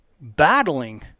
battling